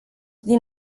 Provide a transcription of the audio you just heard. din